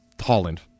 Holland